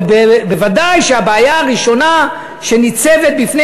וודאי שהבעיה הראשונה שניצבת בפני